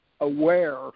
aware